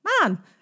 man